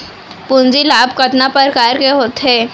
पूंजी लाभ कतना प्रकार के होथे?